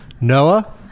Noah